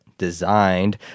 designed